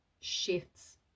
shifts